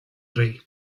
rey